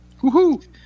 Woohoo